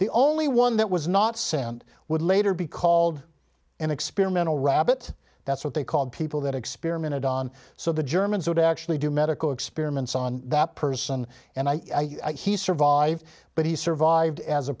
the only one that was not sent would later be called an experimental rabbit that's what they called people that experimented on so the germans would actually do medical experiments on that person and i he survived but he survived as a